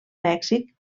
mèxic